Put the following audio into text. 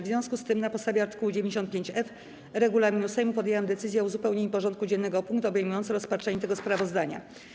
W związku z tym, na podstawie art. 95f regulaminu Sejmu, podjęłam decyzję o uzupełnieniu porządku dziennego o punkt obejmujący rozpatrzenie tego sprawozdania.